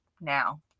now